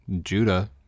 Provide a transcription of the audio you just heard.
Judah